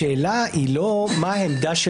השאלה היא לא מה העמדה של